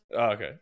Okay